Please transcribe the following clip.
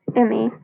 Emmy